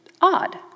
odd